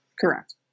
Correct